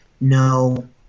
no